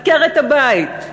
עקרת-הבית.